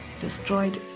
destroyed